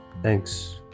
Thanks